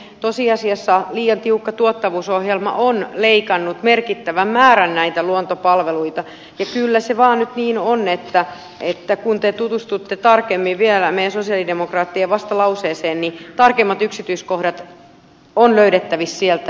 tosiasiassa liian tiukka tuottavuusohjelma on leikannut merkittävän määrän luontopalveluita ja kyllä se vaan nyt niin on että kun te tutustutte tarkemmin vielä meidän sosialidemokraattien vastalauseeseen niin tarkemmat yksityiskohdat on löydettävissä sieltä